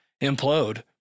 implode